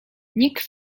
nikt